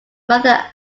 rather